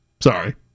Sorry